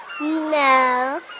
No